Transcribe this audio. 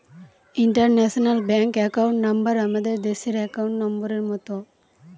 international bank account number আমাদের দেশের account নম্বরের মত